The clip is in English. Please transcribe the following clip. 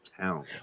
town